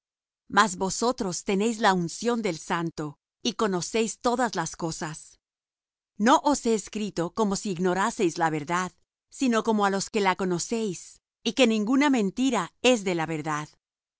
mas vosotros tenéis la unción del santo y conocéis todas las cosas no os he escrito como si ignoraseis la verdad sino como á los que la conocéis y que ninguna mentira es de la verdad